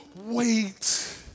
wait